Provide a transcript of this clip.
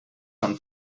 són